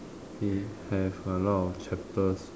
it have a lot of chapters